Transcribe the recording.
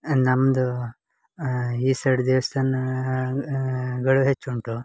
ನಮ್ಮದು ಈ ಸೈಡ್ ದೇವಸ್ಥಾನ ಗಳು ಹೆಚ್ಚುಂಟು